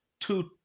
two